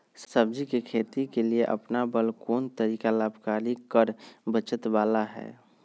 सब्जी के खेती के लिए अपनाबल कोन तरीका लाभकारी कर बचत बाला है?